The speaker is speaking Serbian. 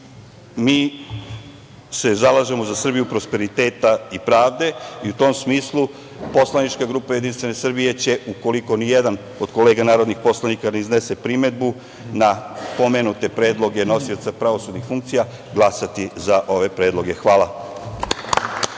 mi se zalažemo za Srbiju prosperiteta i pravde i u tom smislu poslanička grupa Jedinstvene Srbije će, ukoliko nijedan od kolega narodnih poslanika ne iznese primedbu na pomenute predloge nosioca pravosudnih funkcija, glasati za ove predloge. Hvala.